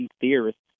theorists